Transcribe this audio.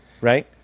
right